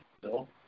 Bill